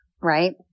Right